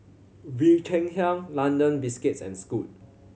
Bee Cheng Hiang London Biscuits and Scoot